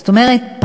זאת אומרת,